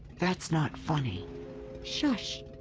that's not funny shush!